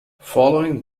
following